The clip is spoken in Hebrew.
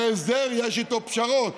הרי הסדר, יש איתו פשרות.